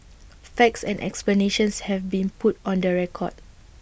facts and explanations have been put on the record